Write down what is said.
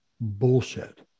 bullshit